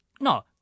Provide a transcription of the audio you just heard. No